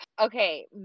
okay